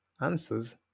answers